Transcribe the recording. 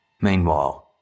Meanwhile